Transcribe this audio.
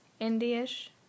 indie-ish